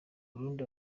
burundi